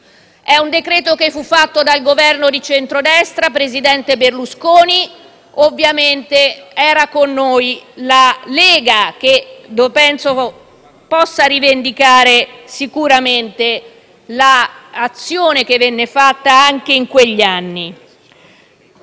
È un decreto-legge che fu fatto dal Governo di centrodestra, presidente Berlusconi, e ovviamente era con noi la Lega che penso possa rivendicare l'azione che venne fatta anche in quegli anni.